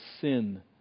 sin